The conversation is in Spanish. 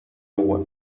agua